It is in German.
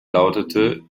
lautete